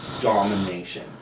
Domination